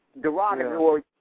derogatory